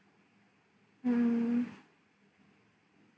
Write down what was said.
mm